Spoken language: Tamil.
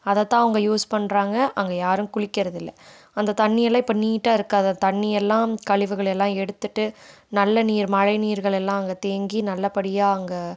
அதை தான் அவங்க யூஸ் பண்ணுறாங்க அங்கே யாரும் குளிக்கிறது இல்லை அந்த தண்ணி எல்லாம் இப்போ நீட்டாக இருக்குது அதை தண்ணி எல்லாம் கழிவுகள் எல்லாம் எடுத்துட்டு நல்ல நீர் மழை நீர்கள் எல்லாம் அங்கே தேங்கி நல்லபடியாக அங்கே